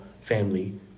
family